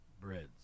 breads